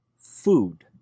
food